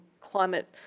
climate